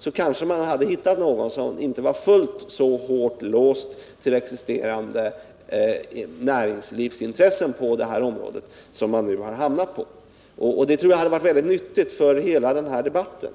tror jag att man kanske hade kunnat hitta något som inte var fullt så hårt låst till existerande näringslivsintressen på detta område som nu blivit fallet. Det tror jag hade varit nyttigt för hela den här debatten.